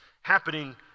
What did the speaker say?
happening